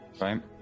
Right